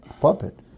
puppet